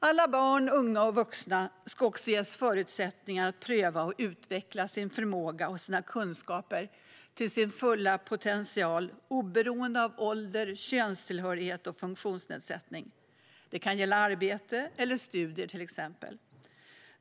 Alla barn, unga och vuxna ska ges förutsättningar att pröva och utveckla sin förmåga och sina kunskaper till sin fulla potential oberoende av ålder, könstillhörighet och funktionsnedsättning. Det kan till exempel gälla arbete eller studier.